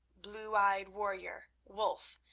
blue-eyed warrior, wulf,